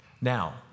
Now